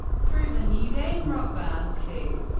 through the new game rock band two.